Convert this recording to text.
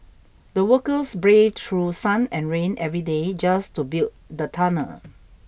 the workers braved through sun and rain every day just to build the tunnel